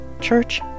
church